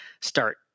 start